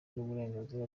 n’uburenganzira